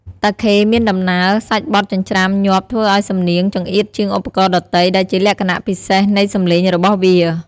តាខេមានដំណើរ សាច់បទចិញ្ច្រាំញាប់ធ្វើឱ្យសំនៀងចង្អៀតជាងឧបករណ៍ដទៃ ដែលជាលក្ខណៈពិសេសនៃសម្លេងរបស់វា។